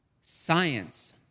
Science